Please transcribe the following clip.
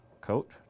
coat